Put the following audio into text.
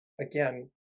again